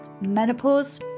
menopause